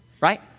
right